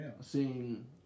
seeing